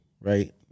right